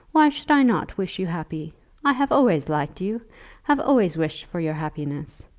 why should i not wish you happy? i have always liked you have always wished for your happiness.